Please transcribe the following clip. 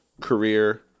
career